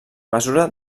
mesura